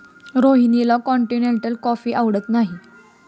रोहिणीला continental coffee आवडत नाही